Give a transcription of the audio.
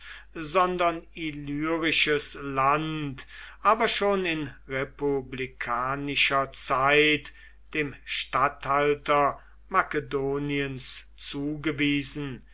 sondern illyrisches land aber schon in republikanischer zeit dem statthalter makedoniens zugewiesen